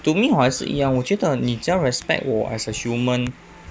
to me 我还是一样我觉得你只要 respect 我 as a human